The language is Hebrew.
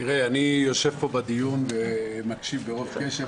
אני יושב פה בדיון ומקשיב ברוב קשב.